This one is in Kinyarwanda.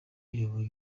iyobowe